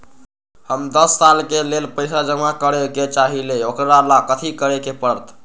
हम दस साल के लेल पैसा जमा करे के चाहईले, ओकरा ला कथि करे के परत?